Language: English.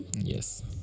Yes